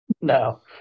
No